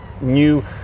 new